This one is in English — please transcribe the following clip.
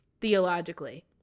theologically